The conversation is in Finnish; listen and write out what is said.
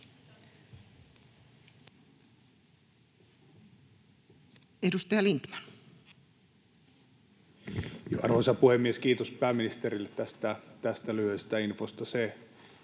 16:51 Content: Arvoisa puhemies! Kiitos pääministerille tästä lyhyestä infosta.